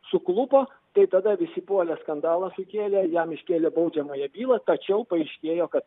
suklupo tai tada visi puolė skandalą sukėlė jam iškėlė baudžiamąją bylą tačiau paaiškėjo kad